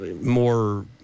more